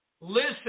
Listen